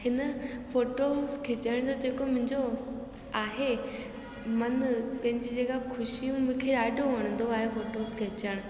हिन फोटोज़ खिचण जो जेको मुंहिंजो आहे मनु पंहिंजी जॻहि ख़ुशियूं मूंखे ॾाढो वणंदो आहे मूंखे फोटोज़ खिचण